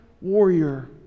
warrior